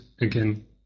again